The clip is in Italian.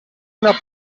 una